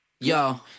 Yo